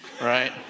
Right